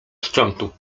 szczętu